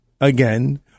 Again